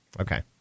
Okay